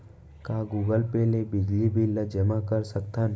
का Google Pay ले बिजली बिल ल जेमा कर सकथन?